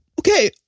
Okay